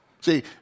See